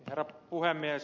herra puhemies